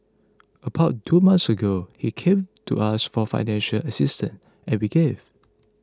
about two months ago he came to us for financial assistance and we gave